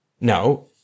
No